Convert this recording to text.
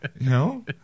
No